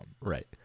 Right